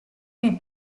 nei